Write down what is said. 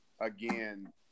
again